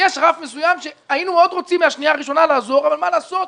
יש רף מסוים שהיינו מאוד רוצים מהשנייה הראשונה לעזור אבל מה לעשות.